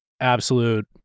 absolute